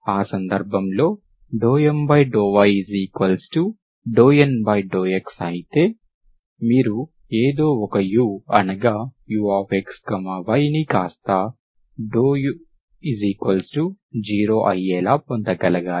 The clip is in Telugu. ఆ సందర్భంలో ∂M∂y∂N∂x అయితే మీరు ఎదో ఒక u అనగా uxy ని కాస్తా du0 అయ్యేలా పొందగలుగాలి